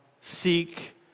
seek